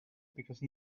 because